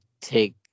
take